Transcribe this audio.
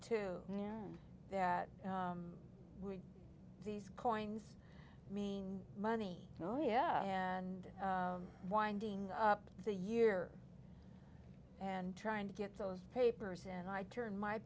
know that these coins mean money oh yeah and winding up the year and trying to get those papers and i turned my